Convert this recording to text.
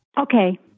Okay